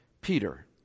Peter